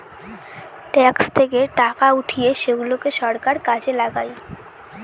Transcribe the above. tax থেকে টাকা উঠিয়ে সেগুলাকে সরকার কাজে লাগায়